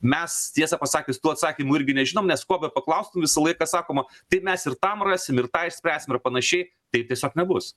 mes tiesą pasakius tų atsakymų irgi nežinom nes ko bepaklaustum visą laiką sakoma tai mes ir tam rasim ir tą išspręsime ar panašiai taip tiesiog nebus